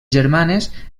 germanes